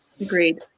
Agreed